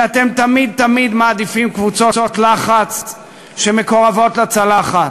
שאתם תמיד תמיד מעדיפים קבוצות לחץ שמקורבות לצלחת.